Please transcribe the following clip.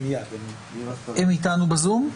הם איתנו בזום?